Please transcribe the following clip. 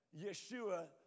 Yeshua